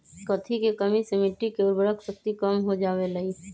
कथी के कमी से मिट्टी के उर्वरक शक्ति कम हो जावेलाई?